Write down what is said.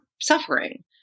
suffering